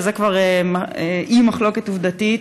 וזו כבר אי-מחלוקת עובדתית,